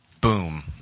boom